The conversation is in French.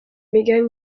megan